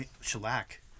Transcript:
shellac